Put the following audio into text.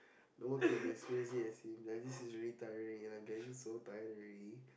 no one can be as crazy as him and this is really tiring and I'm getting so tired already